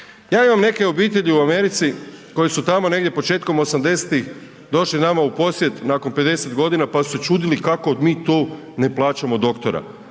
Ja imam neke obitelji u Americi koje su tamo negdje početkom 80 došli nama u posjet nakon 50 godina pa su se čudili kako mi tu ne plaćamo doktora.